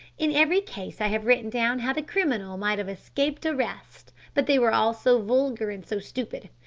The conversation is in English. in every case i have written down how the criminal might have escaped arrest, but they were all so vulgar, and so stupid.